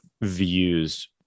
views